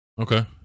Okay